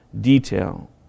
detail